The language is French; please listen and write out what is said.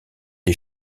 des